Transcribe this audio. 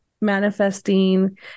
manifesting